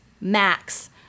max